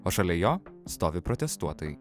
o šalia jo stovi protestuotojai